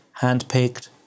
handpicked